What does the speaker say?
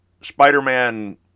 Spider-Man